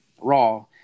Raw